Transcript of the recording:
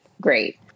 great